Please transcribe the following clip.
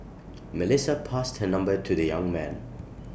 Melissa passed her number to the young man